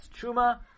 Chuma